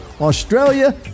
Australia